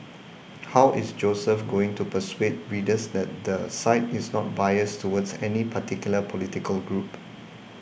how is Joseph going to persuade readers that the site is not biased towards any particular political group